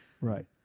right